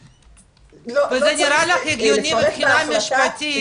--- זה נראה לך הגיוני מבחינה משפטית?